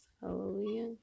Hallelujah